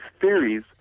theories